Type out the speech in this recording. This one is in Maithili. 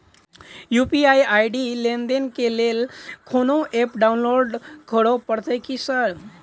यु.पी.आई आई.डी लेनदेन केँ लेल कोनो ऐप डाउनलोड करऽ पड़तय की सर?